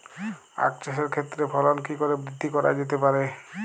আক চাষের ক্ষেত্রে ফলন কি করে বৃদ্ধি করা যেতে পারে?